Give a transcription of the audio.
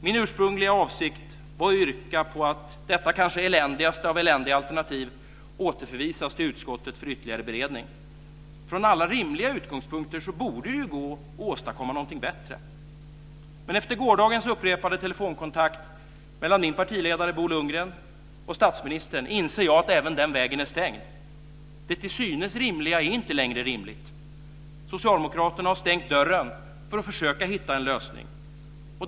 Min ursprungliga avsikt var att yrka på att detta, det kanske eländigaste av eländiga alternativ, återförvisas till utskottet för ytterligare beredning. Från alla rimliga utgångspunkter borde det ju gå att åstadkomma någonting bättre. Men efter gårdagens upprepade telefonkontakter mellan min partiledare Bo Lundgren och statsministern inser jag att även den vägen är stängd. Det till synes rimliga är inte längre rimligt. Socialdemokraterna har stängt dörren för att försöka hitta en lösning.